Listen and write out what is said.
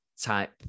type